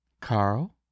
Carl